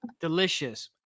Delicious